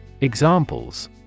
Examples